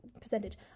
percentage